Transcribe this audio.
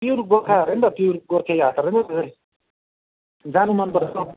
pure Gorkha अरे नि त प्योर गोर्खे हाट अरे नि त त्यो चाहिँ जानु मनपरेको छ है